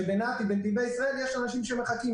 בזמן שבנת"י יש אנשים שמחכים לזה.